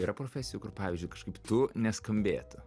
yra profesijų kur pavyzdžiui kažkaip tu neskambėtų